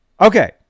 okay